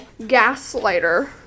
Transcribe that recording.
Gaslighter